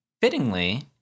Fittingly